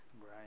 Right